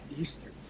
Easter